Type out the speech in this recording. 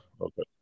Okay